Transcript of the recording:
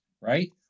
right